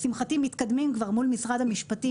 לשמחתי, מתקדמים כבר, מול משרד המשפטים.